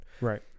Right